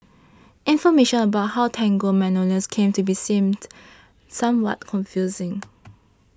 information about how Tango Magnolia came to be seemed somewhat confusing